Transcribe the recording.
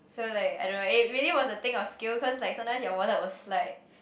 so like I don't know it really was a thing of skill cause like sometimes your wallet will slide